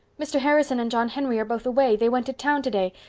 mr. harrison and john henry are both away. they went to town today.